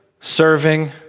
serving